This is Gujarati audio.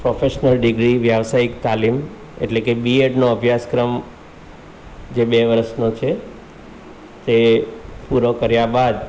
પ્રોફેશનલ ડિગ્રી વ્યવસાયિક તાલીમ એટલે કે બીએડનો અભ્યાસક્રમ જે બે વર્ષનો છે તે પૂરો કર્યા બાદ